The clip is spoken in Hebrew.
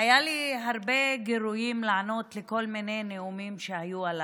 היו לי הרבה גירויים לענות לכל מיני נאומים שהיו הלילה,